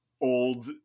old